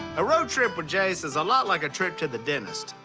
a road trip with jase is a lot like a trip to the dentist.